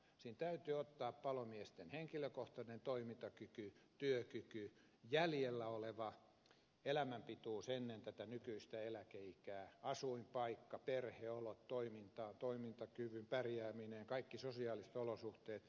siinä täytyy ottaa huomioon palomiesten henkilökohtainen toimintakyky työkyky jäljellä olevan elämän pituus ennen tätä nykyistä eläkeikää asuinpaikka perheolot toiminta toimintakyky pärjääminen kaikki sosiaaliset olosuhteet